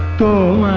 to